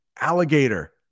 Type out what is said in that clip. Alligator